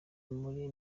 muri